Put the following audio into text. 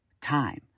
time